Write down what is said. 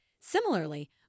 Similarly